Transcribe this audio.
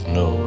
no